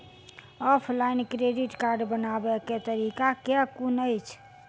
Offline credit card बनाबै केँ तरीका केँ कुन अछि?